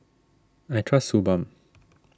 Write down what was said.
I trust Suu Balm